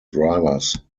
drivers